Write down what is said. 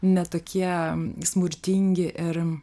ne tokie smurtingi ir